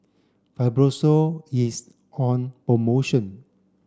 Fibrosol is on promotion